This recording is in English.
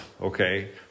okay